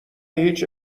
هیچ